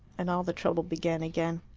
and all the trouble began again.